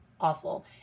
awful